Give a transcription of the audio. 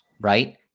Right